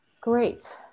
Great